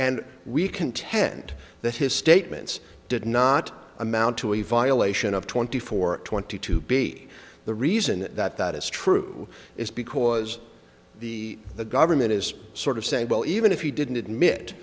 and we contend that his statements did not amount to a violation of twenty four twenty two b the reason that that is true is because the the government is sort of saying well even if he didn't admit